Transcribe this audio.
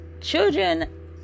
children